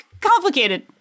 complicated